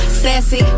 Sassy